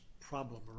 problem